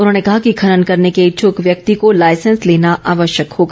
उन्होंने कहा कि खनन करने के इच्छुक व्यक्ति को लाईसेंस लेना आवश्यक होगा